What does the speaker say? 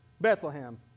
Bethlehem